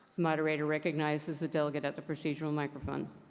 moderator recognizes the delegate at the procedural microphone.